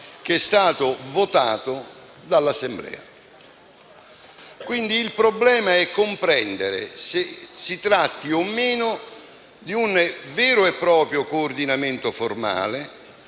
che è stato già votato dall'Assemblea. Quindi, il problema è comprendere se si tratti o meno di un vero e proprio coordinamento formale,